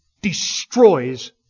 destroys